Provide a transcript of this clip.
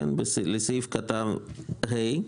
לסעיף קטן (ה),